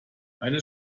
eine